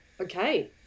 Okay